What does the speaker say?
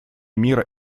мира